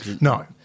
No